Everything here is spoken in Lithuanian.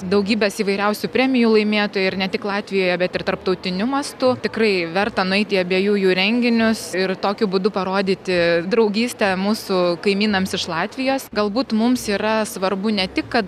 daugybės įvairiausių premijų laimėtojai ir ne tik latvijoje bet ir tarptautiniu mastu tikrai verta nueiti į abiejų jų renginius ir tokiu būdu parodyti draugystę mūsų kaimynams iš latvijos galbūt mums yra svarbu ne tik kad